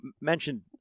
mentioned